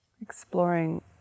exploring